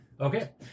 Okay